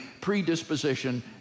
predisposition